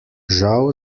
žal